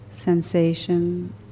sensation